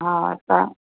हा तव्हां